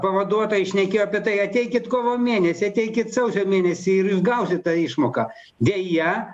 pavaduotojai šnekėjo apie tai ateikit kovo mėnesį ateikit sausio mėnesį ir jūs gausit tą išmoką deja